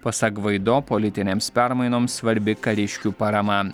pasak gvaido politinėms permainoms svarbi kariškių parama